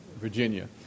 Virginia